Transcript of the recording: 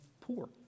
poor